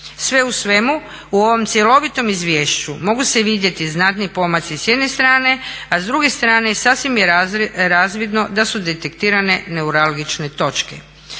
Sve u svemu u ovom cjelovitom izvješću mogu se vidjeti znatni pomaci s jedne strane, a s druge strane sasvim je razvidno da su detektirane neuralgične točke.